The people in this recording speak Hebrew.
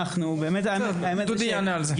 אנחנו באמת --- דודי ענה על זה.